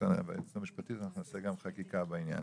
אנחנו נעשה גם חקיקה בעניין.